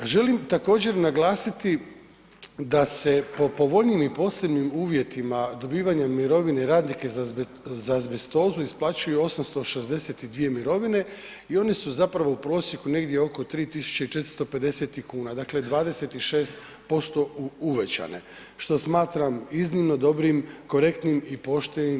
Želim također naglasiti da se po povoljnijim i posebnim uvjetima dobivanja mirovine radnika za azbestozu isplaćuju 862 mirovine i oni su u zapravo u prosjeku negdje oko 3 450 kn, dakle 26% uvećane, što smatram iznimno dobrim, korektnim i poštenim.